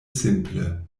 simple